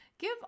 Give